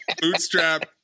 Bootstrap